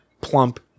plump